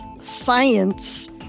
science